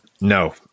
No